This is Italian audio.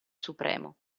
supremo